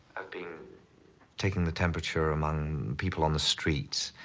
i've been taking the temperature among people on the streets